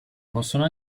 possono